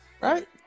right